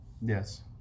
Yes